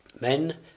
Men